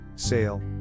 sale